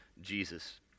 Jesus